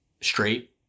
straight